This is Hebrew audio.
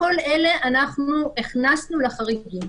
כל אלה אנחנו הכנסנו לחריגים.